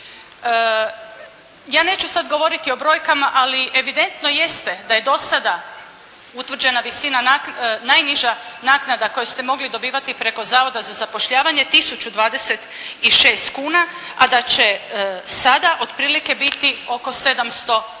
Ja neću sad govoriti o brojkama ali evidentno jeste da je do sada utvrđena visina, najniža naknada koju ste mogli dobivati preko Zavoda za zapošljavanje 1026 kuna, a da će sada otprilike biti oko 780 kuna.